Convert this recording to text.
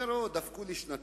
והוא אומר: דפקו לי שנתיים,